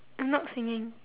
I'm not singing